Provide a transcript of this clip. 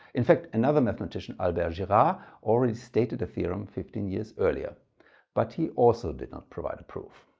in fact, another mathematician albert girard already stated the theorem fifteen years earlier but he also did not provide a proof.